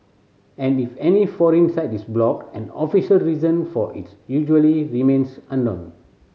and if any foreign site is blocked an official reason for it usually remains unknown